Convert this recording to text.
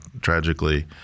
tragically